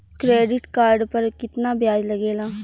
Credit card पर कितना ब्याज लगेला?